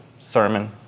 sermon